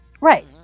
right